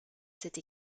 cette